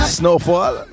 snowfall